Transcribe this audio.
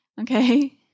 Okay